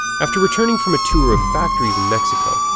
after returning from a tour of factories in mexico,